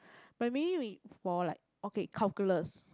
but maybe we for like okay calculus